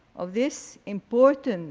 of this important